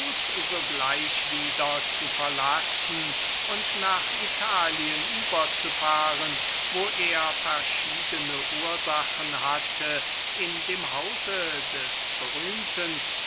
freunde verborgen zu halten und sodann nach italien überzufahren wo er verschiedne ursachen hatte zu hoffen daß er in dem hause des berühmten